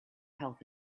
health